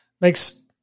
makes